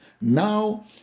Now